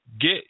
Get